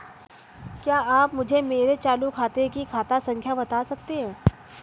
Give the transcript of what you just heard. क्या आप मुझे मेरे चालू खाते की खाता संख्या बता सकते हैं?